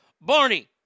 Barney